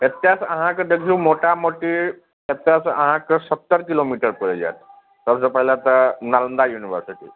एतयसँ अहाँके देखियौ मोटा मोटी एतयसँ अहाँके सत्तर किलोमीटर पड़ि जायत सबसँ पहिले तऽ नालन्दा यूनिवर्सिटी